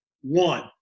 one